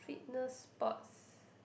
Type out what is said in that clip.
fitness sports